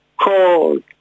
cold